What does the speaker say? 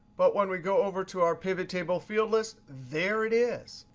but when we go over to our pivot table field list, there it is.